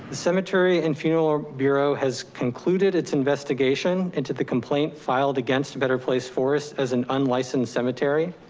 cemetery and funeral ah bureau has concluded its investigation into the complaint, filed against a better place forest as an unlicensed cemetery.